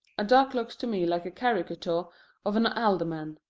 a duck looks to me like a caricature of an alderman.